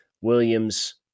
Williams